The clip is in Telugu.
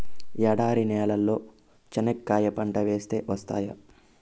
ఎడారి నేలలో చెనక్కాయ పంట వేస్తే వస్తాయా?